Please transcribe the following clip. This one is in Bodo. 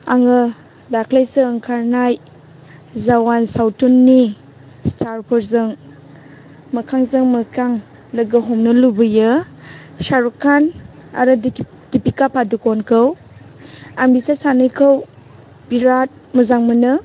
आङो दाख्लैसो ओंखारनाय जवान सावथुननि स्टारफोरजों मोखांजों मोखां लोगो हमनो लुबैयो शाहरुख खान आरो दिपिका पादुक'णखौ आं बिसोर सानैखौ बिराद मोजां मोनो